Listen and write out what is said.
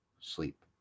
Sleep